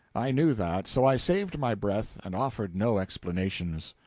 i knew that, so i saved my breath, and offered no explanations.